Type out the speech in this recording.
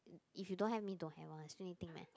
if you don't have means don't have what still need to think meh